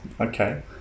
Okay